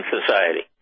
Society